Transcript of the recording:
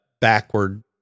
backward